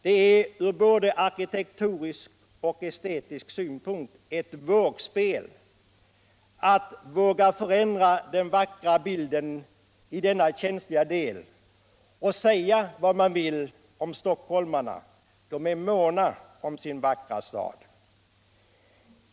Det är ur både arkitektonisk och estetisk synpunkt ett vågspel att förändra den vackra bilden i denna känsliga del. Och säga vad man vill om stockholmarna, de är måna om sin vackra stad.